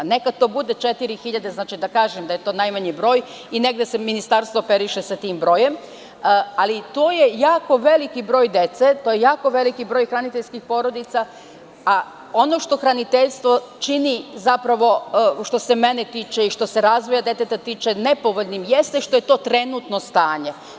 Neka to bude 4.000, da kažem da je to najmanji broj i negde se ministarstvo operiše sa tim brojem, ali to je jako veliki broj dece, to je jako veliki broj hraniteljskih porodica, a ono što hraniteljstvo čini zapravo, što se mene tiče i što se razvoja deteta tiče, nepovoljnim jeste što je to trenutno stanje.